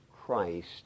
Christ